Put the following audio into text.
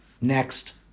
Next